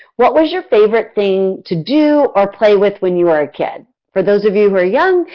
what was your favorite thing to do or play with when you were a kid? for those of you who are young,